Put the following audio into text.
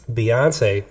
beyonce